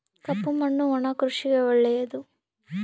ಕಪ್ಪು ಮಣ್ಣು ಒಣ ಕೃಷಿಗೆ ಒಳ್ಳೆಯದು